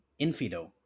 Infido